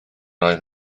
oedd